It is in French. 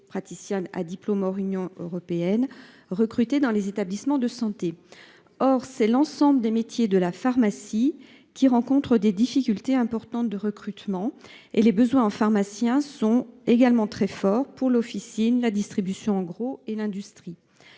praticiens à diplôme hors Union européenne recrutés dans les établissements de santé. Or c’est l’ensemble des métiers de la pharmacie qui rencontre des difficultés importantes de recrutement, et les besoins en pharmaciens sont également très forts pour l’officine, la distribution en gros et l’industrie.